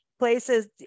places